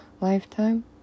lifetime